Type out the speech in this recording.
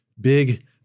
big